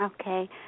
Okay